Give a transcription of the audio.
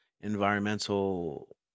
environmental